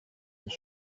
his